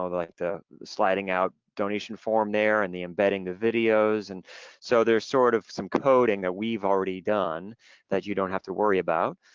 ah like the sliding out donation form there and the embedding the videos, and so there's sort of some coding that we've already done that you don't have to worry about,